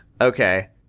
Okay